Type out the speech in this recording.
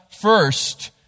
first